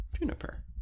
Juniper